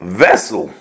vessel